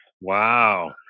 Wow